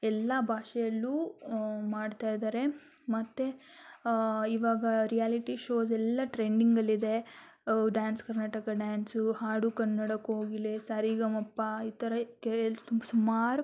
ಎಲ್ಲ ಭಾಷೆಯಲ್ಲೂ ಮಾಡ್ತಾ ಇದ್ದಾರೆ ಮತ್ತು ಇವಾಗ ರಿಯಾಲಿಟಿ ಶೋಸ್ ಎಲ್ಲ ಟ್ರೆಂಡಿಂಗಲ್ಲಿದೆ ಡ್ಯಾನ್ಸ್ ಕರ್ನಾಟಕ ಡ್ಯಾನ್ಸು ಹಾಡು ಕನ್ನಡ ಕೋಗಿಲೆ ಸರಿಗಮಪ ಈ ಥರ ಸುಮಾರು